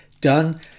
done